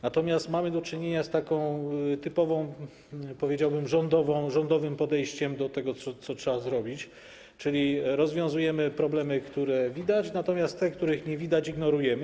Natomiast mamy do czynienia z takim typowym, powiedziałbym, rządowym podejściem do tego, co trzeba zrobić, czyli rozwiązujemy problemy, które widać, natomiast te, których nie widać, ignorujemy.